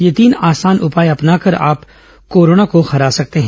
ये तीन आसान उपाए अपनाकर आप कोरोना को हरा सकते हैं